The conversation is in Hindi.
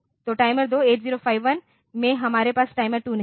तो टाइमर 2 8051 में हमारे पास टाइमर 2 नहीं है